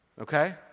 okay